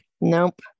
Nope